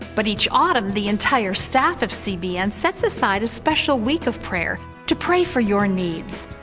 but each autumn the entire staff of cbn sets aside a special week of prayer to pray for your needs.